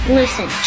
listen